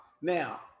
Now